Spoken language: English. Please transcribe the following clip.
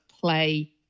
play